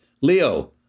Leo